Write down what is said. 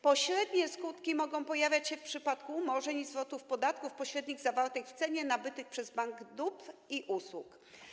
Pośrednie skutki mogą pojawiać się w przypadku umorzeń i zwrotów podatków pośrednich zawartych w cenie nabytych przez Bank dóbr i usług.